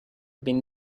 been